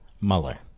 Mueller